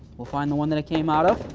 we'll find the one that it came out of,